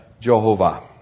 Jehovah